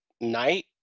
night